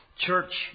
church